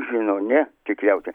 žino ne tikriausiai